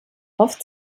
oft